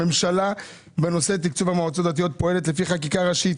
הממשלה בנושא תקצוב המועצות הדתיות פועלת לפי חקיקה ראשית